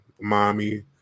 Mommy